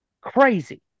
Crazy